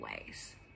ways